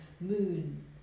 moon